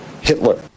Hitler